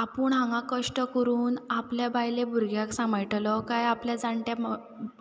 आपूण हांगां कश्ट करून आपल्या बायले भुरग्याक सांबाळटलो कांय आपल्या जाण्ट्या म्